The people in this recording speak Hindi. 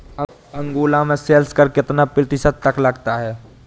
अंगोला में सेल्स कर कितना प्रतिशत तक लगता है?